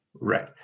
Right